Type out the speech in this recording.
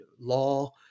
law